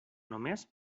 només